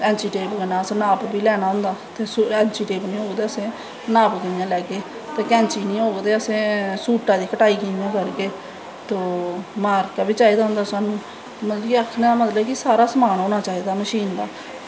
ऐंची tape कन्नैं असैं नाप बी लैनां होंदा ते ऐंची टेप नी होग ते अस नाप कियां लैग्गे ते कैंची नी होग ते अस सूटा दी कटाई कियां करगे ते मार्का बी चाही दा होंदा स्हानू मेरा आक्खनें दा मतलव कि सारा समान होनां चाही दा मशीन दा